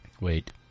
Wait